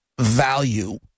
value